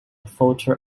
voter